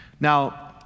Now